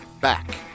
back